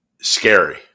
Scary